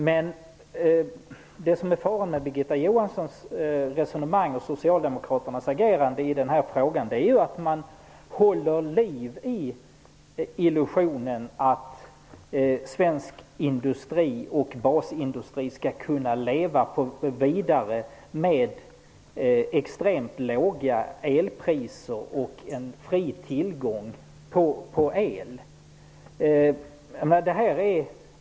Men det farliga med Birgitta Johanssons resonemang och Socialdemokraternas agerande i denna fråga är att de håller liv i illusionen att svensk basindustri skall kunna leva vidare med extremt låga elpriser och en fri tillgång på el.